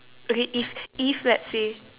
okay if if let's say